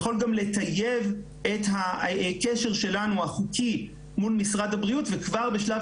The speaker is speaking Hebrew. יכול גם לטייב את הקשר החוקי שלנו מול משרד הבריאות וכבר בשלב